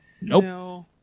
Nope